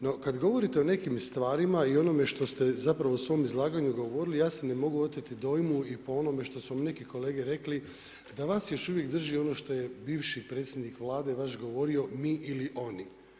No, kada govorite o nekim stvarima i o onome što ste zapravo u svom izlaganju govorili, ja se ne mogu oteti dojmu i po onome što su vam neki kolege rekli da vas još uvijek drži ono što je bivši predsjednik Vlade vaš govorio mi ili oni.